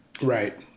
right